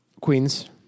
Queens